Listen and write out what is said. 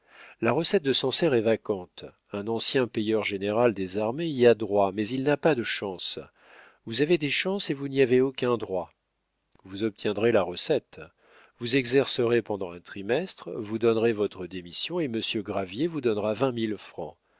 la recette de sancerre est vacante un ancien payeur général des armées y a droit mais il n'a pas de chances vous avez des chances et vous n'y avez aucun droit vous obtiendrez la recette vous exercerez pendant un trimestre vous donnerez votre démission et monsieur gravier vous donnera vingt mille francs